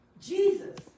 Jesus